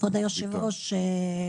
כבוד היושב-ראש,